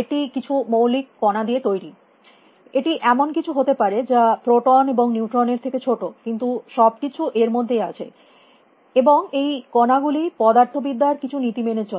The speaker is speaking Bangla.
এটি কিছু মৌলিক কণা দিয়ে তৈরী এটি এমন কিছু হতে পারে যা প্রোটন এবং নিউট্রন এর থেকে ছোটো কিন্তু সব কিছু এর মধ্যেই আছে এবং এই কণাগুলি পদার্থবিদ্যা র কিছু নীতি মেনে চলে